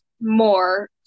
more